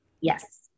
Yes